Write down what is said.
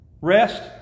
rest